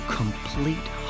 complete